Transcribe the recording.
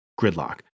gridlock